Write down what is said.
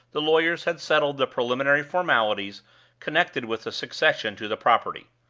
the lawyers had settled the preliminary formalities connected with the succession to the property.